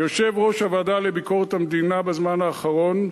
כיושב-ראש הוועדה לביקורת המדינה בזמן האחרון,